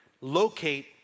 Locate